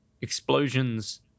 Explosions